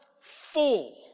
full